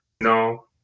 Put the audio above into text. No